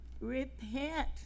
repent